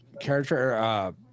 character